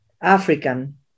African